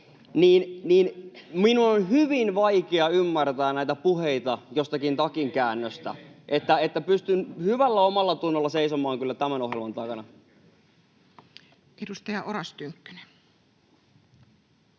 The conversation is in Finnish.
Minun on hyvin vaikea ymmärtää näitä puheita jostakin takinkäännöstä. Pystyn kyllä hyvällä omallatunnolla seisomaan tämän ohjelman takana. Edustaja Oras Tynkkynen.